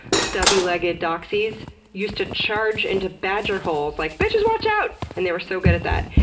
stubby-legged doxies used to charge into badger holes like, bitches watch out! and they were so good at that.